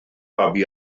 babi